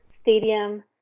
stadium